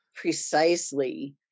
Precisely